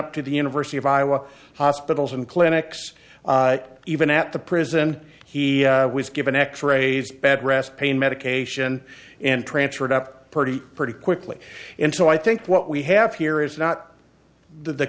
up to the university of iowa hospitals and clinics even at the prison he was given x rays bedrest pain medication and transferred up pretty pretty quickly into i think what we have here is not the